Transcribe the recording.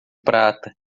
prata